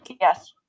yes